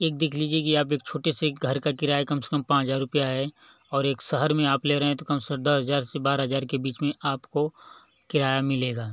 एक देख लीजिए कि आप एक छोटे से घर का किराया कम से कम पाँच हज़ार रुपया है और एक शहर में आप ले रहे हैं तो कम से कम दस हज़ार से बारह हज़ार के बीच में आपको किराया मिलेगा